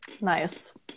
Nice